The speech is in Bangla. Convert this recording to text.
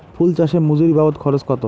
ফুল চাষে মজুরি বাবদ খরচ কত?